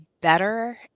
better